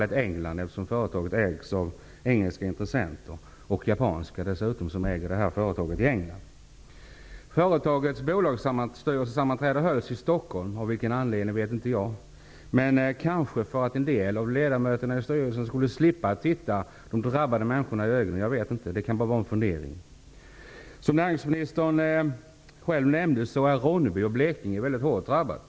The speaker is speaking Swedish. England, eftersom företaget ägs av engelska intressenter, medan japanska intressenter äger företaget i England. Av vilken anledning vet jag inte, men kanske för att en del av styrelseledamöterna skulle slippa att se de drabbade människorna i ögonen. Jag vet inte, men det är en fundering. Som näringsministern själv nämnde är Ronneby och Blekinge väldigt hårt drabbade.